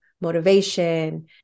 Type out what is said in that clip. motivation